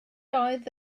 oedd